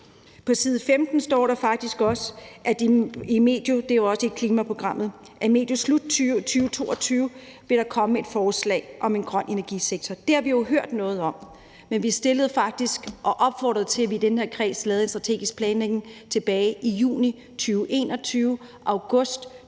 På side 15 står der faktisk også – og det er jo også i klimaprogrammet – at der medio eller slut 2022 vil komme et forslag om en grøn energisektor. Det har vi jo hørt noget om, men vi opfordrede faktisk til, at vi i den her kreds lavede en strategisk planlægning, tilbage i juli og august 2021,